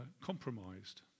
compromised